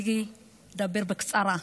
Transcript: אני אדבר בקצרה.